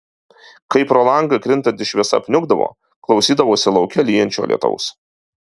kai pro langą krintanti šviesa apniukdavo klausydavosi lauke lyjančio lietaus